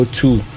two